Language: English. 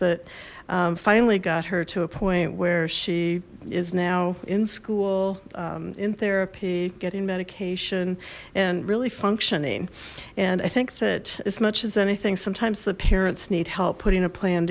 that finally got her to a point where she is now in school in therapy getting medication and really functioning and i think that as much as anything sometimes the parents need help putting a plan